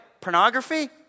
pornography